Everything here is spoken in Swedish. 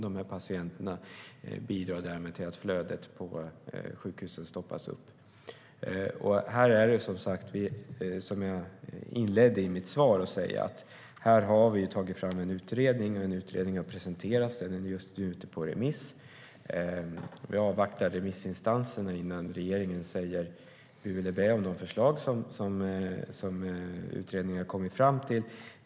Dessa patienter bidrar därmed till att flödet på sjukhusen stoppas upp. Som jag inledde med att säga i mitt svar har en utredning om detta presenterats, och den är nu ute på remiss. Vi avvaktar remissinstansernas svar innan regeringen säger bu eller bä om de förslag som utredningen har kommit fram till.